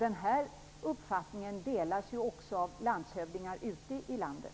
Den här uppfattningen delas också av landshövdingar ute i landet.